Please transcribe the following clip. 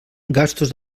gastos